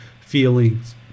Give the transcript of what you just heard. feelings